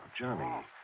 Johnny